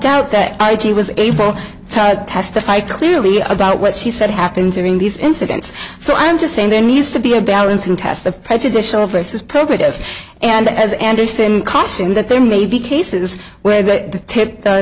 doubt that i she was able to testify clearly about what she said happened during these incidents so i'm just saying there needs to be a balancing test of prejudicial versus probative and as anderson cautioned that there may be cases where the